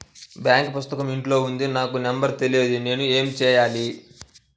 Bank పుస్తకం ఇంట్లో ఉంది నాకు నంబర్ తెలియదు నేను ఏమి చెయ్యాలి?